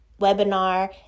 webinar